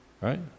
right